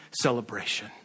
celebration